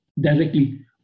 directly